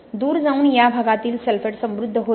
दूर जाऊन या प्रदेशातील सल्फेट समृद्ध होईल